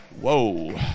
Whoa